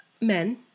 men